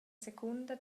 secunda